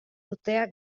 urtea